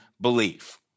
Belief